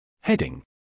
Heading